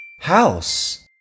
House